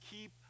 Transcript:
keep